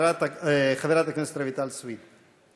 חברת הכנסת רויטל סויד.